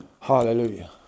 Hallelujah